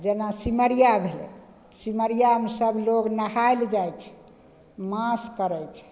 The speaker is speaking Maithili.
आओर जेना सिमरिया भेलय सिमरियामे सबलोग नहाय लए जाइ छै मास करय छै